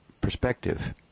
perspective